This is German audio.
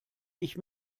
ich